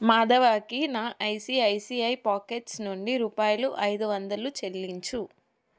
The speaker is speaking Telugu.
మాధవకి నా ఐసిఐసిఐ పాకెట్స్ నుండి రూపాయలు ఐదు వందలు చెల్లించు